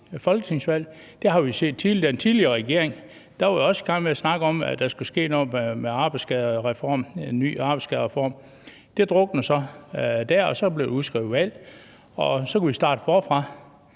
folketingsvalg. Det har vi set tidligere. Den tidligere regering var også i gang med at snakke om, at der skulle ske noget i form af en ny arbejdsskadereform. Det druknede dér, og så blev der udskrevet valg, og så kunne vi starte forfra.